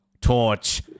torch